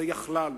ויכלה לו.